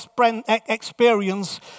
experience